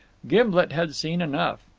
gimblet had seen enough.